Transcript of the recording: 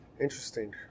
Interesting